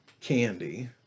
candy